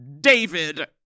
David